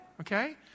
okay